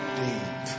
deep